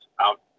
out